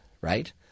right